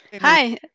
Hi